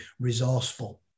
resourceful